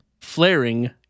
flaring